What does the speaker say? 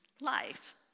life